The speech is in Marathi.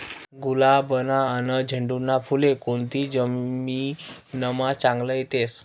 गुलाबना आनी झेंडूना फुले कोनती जमीनमा चांगला येतस?